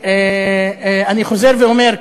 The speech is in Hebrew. ואני חוזר ואומר,